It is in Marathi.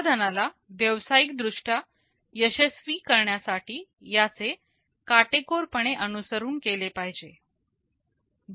उत्पादनाला व्यावसायिक दृष्ट्या यशस्वी करण्यासाठी याचे काटेकोरपणे अनुसरण केले पाहिजे